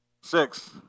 Six